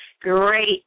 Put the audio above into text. Great